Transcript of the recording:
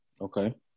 Okay